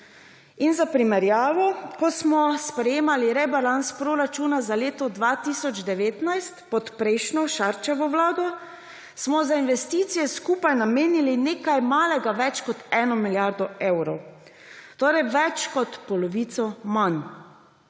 Za primerjavo. Ko smo sprejemali rebalans proračuna za leto 2019 pod prejšnjo, Šarčevo vlado, smo za investicije skupaj namenili nekaj malega več kot 1 milijardo evrov, torej več kot polovico manj.